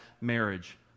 marriage